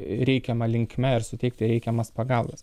reikiama linkme ir suteikti reikiamas pagalbas